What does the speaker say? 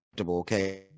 okay